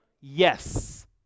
yes